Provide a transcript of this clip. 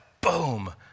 boom